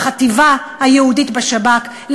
והחטיבה היהודית בשב"כ,